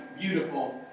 beautiful